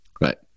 right